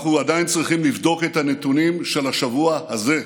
אנחנו עדיין צריכים לבדוק את הנתונים של השבוע הזה,